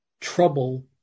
trouble